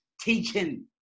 teaching